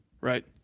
right